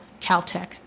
Caltech